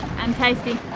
and tasty.